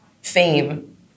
fame